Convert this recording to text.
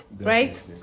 right